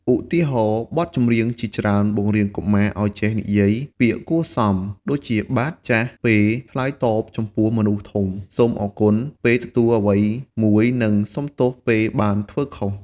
ឧទាហរណ៍ បទចម្រៀងជាច្រើនបង្រៀនកុមារឲ្យចេះនិយាយ ពាក្យគួរសម ដូចជា "បាទ/ចាស" ពេលឆ្លើយតបចំពោះមនុស្សធំ "សូមអរគុណ" ពេលទទួលអ្វីមួយ និង "សូមទោស" ពេលបានធ្វើខុស។